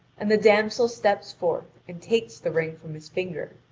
and the damsel steps forth and takes the ring from his finger,